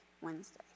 Wednesday